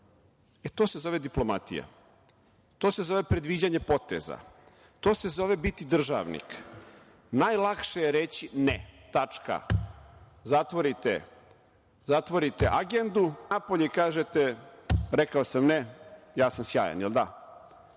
E to se zove diplomatija. To se zove predviđanje poteza. To se zove biti državnik. Najlakše je reći – ne, tačka. Zatvorite agendu, izađete napolje i kažete – rekao sam ne, ja sam sjajan, a onda